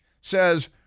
says